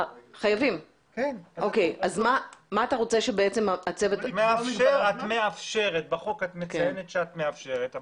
מה אתה רוצה שהצוות --- בחוק את מציינת שאת מאפשרת,